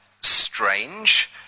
strange